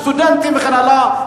סטודנטים וכן הלאה,